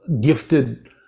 gifted